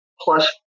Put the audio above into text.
plus